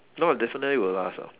no ah definitely will last [what]